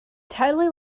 totally